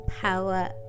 power